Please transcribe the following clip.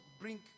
bring